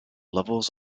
levels